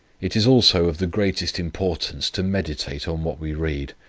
it is also of the greatest importance to meditate on what we read,